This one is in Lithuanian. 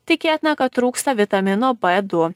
tikėtina kad trūksta vitamino b du